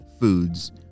foods